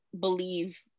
believe